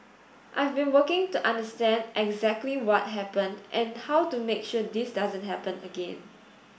I've been working to understand exactly what happened and how to make sure this doesn't happen again